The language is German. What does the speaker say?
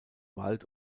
wald